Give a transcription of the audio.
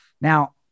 Now